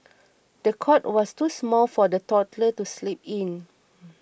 the cot was too small for the toddler to sleep in